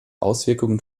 auswirkungen